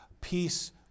peace